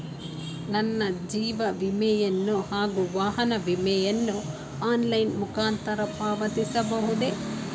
ನನ್ನ ಜೀವ ವಿಮೆಯನ್ನು ಹಾಗೂ ವಾಹನ ವಿಮೆಯನ್ನು ಆನ್ಲೈನ್ ಮುಖಾಂತರ ಪಾವತಿಸಬಹುದೇ?